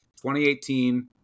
2018